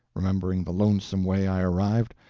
remembering the lonesome way i arrived,